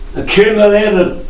accumulated